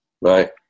Right